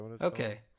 Okay